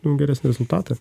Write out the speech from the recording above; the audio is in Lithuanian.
nu geresnį rezultatą